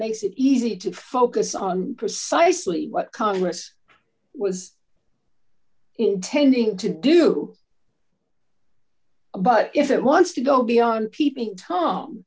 makes it easy to focus on precisely what congress was intending to do but if it wants to go beyond peeping tom